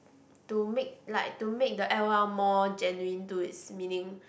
to make like to make the L_O_L more genuine to his meaning